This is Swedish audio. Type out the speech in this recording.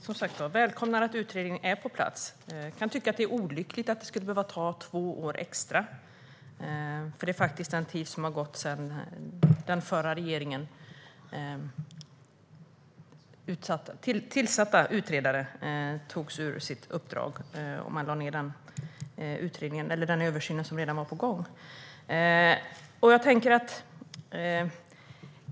Fru talman! Jag välkomnar att utredningen är på plats. Jag kan tycka att det är olyckligt att det skulle behöva ta två år extra - det är faktiskt den tid som har gått sedan den förra regeringens tillsatta utredare fråntogs sitt uppdrag och man lade ned den utredningen, eller den översyn som redan var på gång.